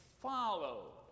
Follow